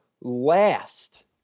last